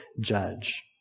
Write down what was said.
judge